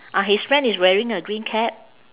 uh his friend is wearing a green cap